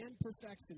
perfection